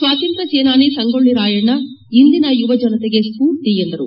ಸ್ನಾತಂತ್ರ ಸೇನಾನಿ ಸಂಗೋಳ್ಳ ರಾಯಣ್ಣ ಇಂದಿನ ಯುವ ಜನತೆಗೆ ಸ್ವೂರ್ತಿ ಎಂದರು